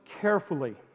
carefully